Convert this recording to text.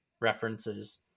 references